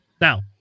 Now